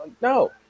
No